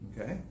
okay